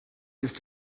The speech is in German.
ist